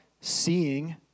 seeing